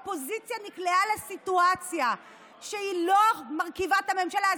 האופוזיציה נקלעה לסיטואציה שהיא לא מרכיבה את הממשלה,